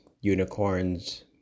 unicorns